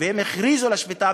והם הכריזו על השביתה,